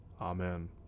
Amen